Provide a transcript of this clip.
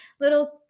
little